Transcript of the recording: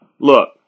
look